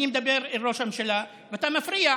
אני מדבר אל ראש הממשלה ואתה מפריע,